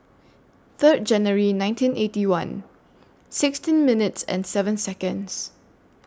Third January nineteen Eighty One sixteen minutes and seven Seconds